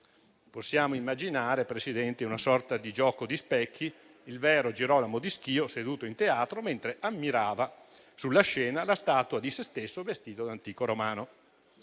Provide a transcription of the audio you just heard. Possiamo immaginare, Presidente, una sorta di gioco di specchi: il vero Girolamo da Schio seduto in Teatro mentre ammirava sulla scena la statua di sé stesso vestito da antico romano.